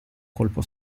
colpo